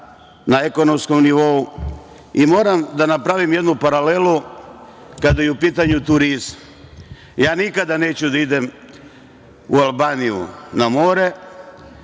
na ekonomskom nivou i moram da napravim jednu paralelu kada je u pitanju turizam. Nikada neću da idem u Albaniju na more,